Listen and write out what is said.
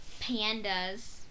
Pandas